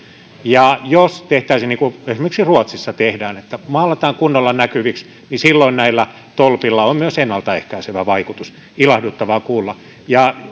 jos tehtäisiin niin kuin esimerkiksi ruotsissa tehdään että maalataan kunnolla näkyviksi niin silloin näillä tolpilla olisi myös ennalta ehkäisevä vaikutus ilahduttavaa kuulla